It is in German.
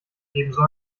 ebenso